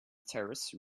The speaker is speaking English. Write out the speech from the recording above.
terrace